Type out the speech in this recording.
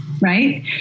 Right